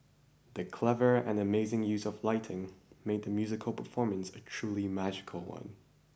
the clever and amazing use of lighting made the musical performance a truly magical one